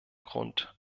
grund